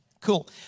Cool